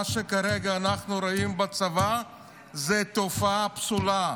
מה שכרגע אנחנו רואים בצבא זו תופעה פסולה,